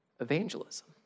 evangelism